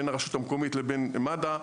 בין הרשות המקומית לבין מד"א.